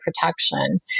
protection